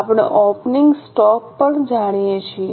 આપણે opening stock પણ જાણીએ છીએ